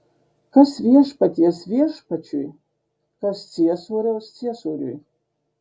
kas viešpaties viešpačiui kas ciesoriaus ciesoriui